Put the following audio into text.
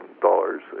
dollars